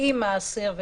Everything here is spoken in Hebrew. עם האסיר,